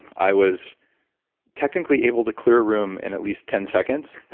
i was technically able to clear a room in at least ten seconds,